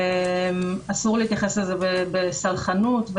אסור להתייחס לזה בסלחנות.